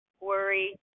worry